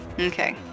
Okay